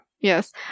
yes